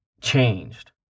Changed